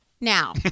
Now